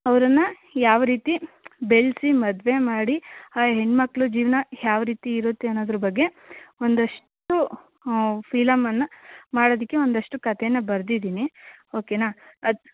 ಅವರನ್ನ ಯಾವ ರೀತಿ ಬೆಳೆಸಿ ಮದುವೆ ಮಾಡಿ ಆ ಹೆಣ್ಣುಮಕ್ಳ ಜೀವನ ಯಾವ ರೀತಿ ಇರುತ್ತೆ ಅನ್ನೋದ್ರ ಬಗ್ಗೆ ಒಂದಷ್ಟು ಫಿಲಮನ್ನು ಮಾಡೋದಕ್ಕೆ ಒಂದಷ್ಟು ಕತೆನ ಬರ್ದಿದೀನಿ ಓಕೆನಾ ಅದು